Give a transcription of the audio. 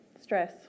stress